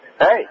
Hey